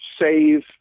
save